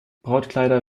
brautkleider